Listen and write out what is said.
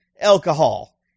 alcohol